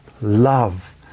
love